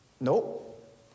Nope